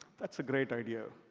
that's a great idea,